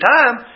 time